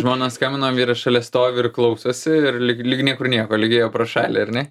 žmona skambina o vyras šalia stovi ir klausosi ir lyg lyg niekur nieko lyg ėjo pro šalį ar ne